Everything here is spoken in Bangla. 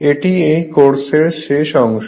এটি কোর্সের শেষ অংশ